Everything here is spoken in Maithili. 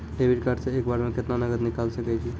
डेबिट कार्ड से एक बार मे केतना नगद निकाल सके छी?